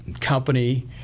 company